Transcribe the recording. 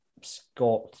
Scott